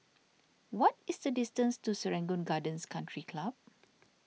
what is the distance to Serangoon Gardens Country Club